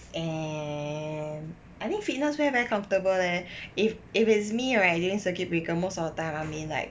and I think fitness wear very comfortable leh if if it's me during circuit breaker most of the time I mean like